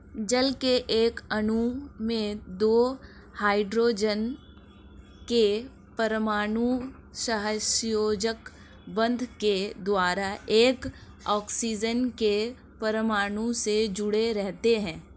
जल के एक अणु में दो हाइड्रोजन के परमाणु सहसंयोजक बंध के द्वारा एक ऑक्सीजन के परमाणु से जुडे़ रहते हैं